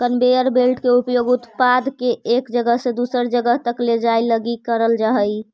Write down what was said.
conveyor belt के उपयोग उत्पाद के एक जगह से दूसर जगह तक ले जाए लगी करल जा हई